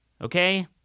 Okay